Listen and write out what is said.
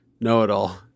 know-it-all